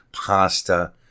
pasta